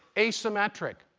asymmetric.